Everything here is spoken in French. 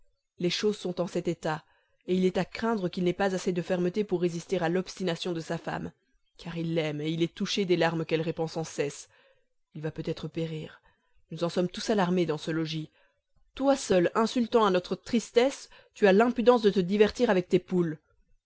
les choses sont en cet état et il est à craindre qu'il n'ait pas assez de fermeté pour résister à l'obstination de sa femme car il l'aime et il est touché des larmes qu'elle répand sans cesse il va peut-être périr nous en sommes tous alarmés dans ce logis toi seul insultant à notre tristesse tu as l'impudence de te divertir avec tes poules